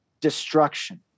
destruction